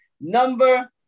Number